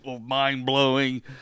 mind-blowing